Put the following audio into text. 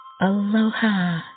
Aloha